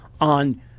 on